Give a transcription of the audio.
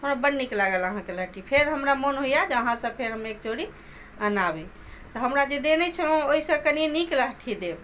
हमरा बड नीक लागल अहाँके लहठी फेर हमरा मोन होइया जे अहाँ सँ फेर हम एक जोड़ी अनाबी तऽ हमरा जे देने छलहुॅं ओहिसँ कनी नीक लहठी देब